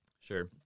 Sure